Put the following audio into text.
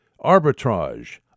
Arbitrage